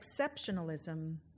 exceptionalism